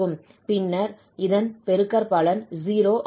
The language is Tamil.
பின்னர் இதன் பெருக்கற்பலன் 0 ஆகிவிடும்